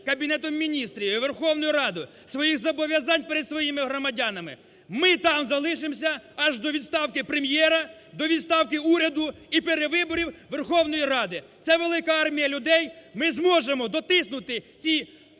Кабінетом Міністрів і Верховною Радою своїх зобов'язань перед своїми громадянами, ми там залишимося аж до відставки прем'єра, до відставки уряду і перевиборів Верховної Ради. Це велика армія людей, ми зможемо дотиснути ці